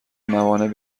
موانع